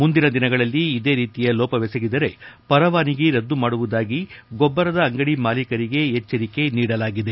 ಮುಂದಿನ ದಿನಗಳಲ್ಲಿ ಇದೇ ರೀತಿಯ ಲೋಪವೆಸಗಿದರೆ ಪರವಾನಿಗೆ ರದ್ದು ಮಾಡುವುದಾಗಿ ಗೊಬ್ಬರದ ಅಂಗದಿ ಮಾಲೀಕರಿಗೆ ಎಚ್ಚರಿಕೆ ನೀಡಲಾಗಿದೆ